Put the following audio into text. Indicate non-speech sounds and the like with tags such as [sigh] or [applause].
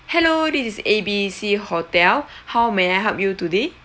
hello this is A B C hotel [breath] how may I help you today